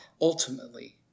ultimately